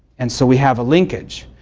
and so we have a linkage.